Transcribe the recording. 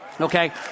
Okay